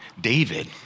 David